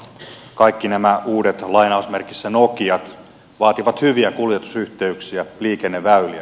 kaikki nämä uudet lainausmerkeissä nokiat vaativat hyviä kuljetusyhteyksiä liikenneväyliä